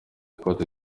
cote